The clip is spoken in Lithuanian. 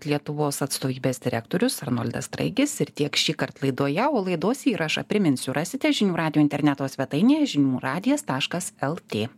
lietuvos atstovybės direktorius arnoldas straigis ir tiek šįkart laidoje o laidos įrašą priminsiu rasite žinių radijo interneto svetainėje žinių radijas taškas lt